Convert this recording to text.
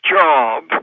job